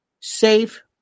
safe